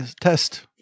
test